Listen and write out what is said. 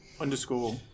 underscore